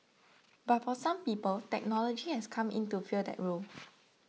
but for some people technology has come in to fill that role